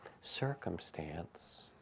circumstance